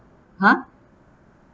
!huh!